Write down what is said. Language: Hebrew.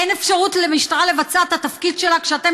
אין אפשרות למשטרה לבצע את התפקיד שלה כשאתם